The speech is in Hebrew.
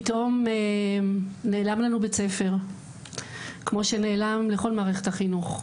פתאום מעלם לנו בית ספר כמו שנעלם לכל מערכת החינוך,